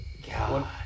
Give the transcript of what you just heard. God